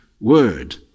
word